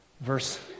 verse